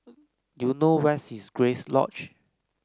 do you know where is Grace Lodge